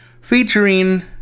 featuring